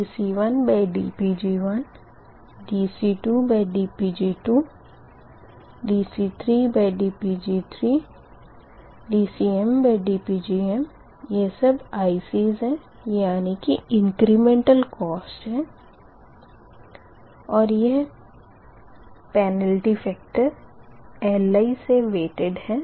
dC1dPg1dC2dPg2dC3dPg3 यह सब ICs यानी कि इंक्रिमेंटल कोस्ट है और यह पेनल्टी फेक्टर Li से भारित है